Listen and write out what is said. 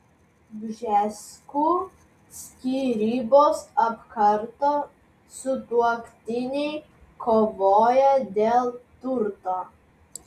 bžeskų skyrybos apkarto sutuoktiniai kovoja dėl turto